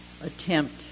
attempt